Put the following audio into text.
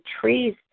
trees